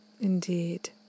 indeed